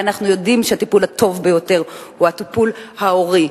הרי אנחנו יודעים שהטיפול הטוב ביותר הוא הטיפול ההורי.